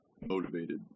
motivated